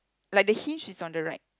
like the hinge is on the right